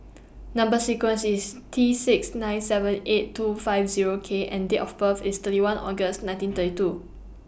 Number sequence IS T six nine seven eight two five Zero K and Date of birth IS thirty one August nineteen thirty two